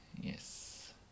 yes